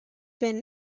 been